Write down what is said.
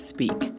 Speak